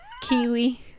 Kiwi